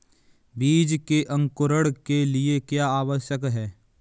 बीज के अंकुरण के लिए क्या आवश्यक है?